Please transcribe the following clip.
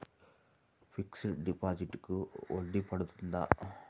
Fixed డిపాజిట్లకు వడ్డీ పడుతుందా?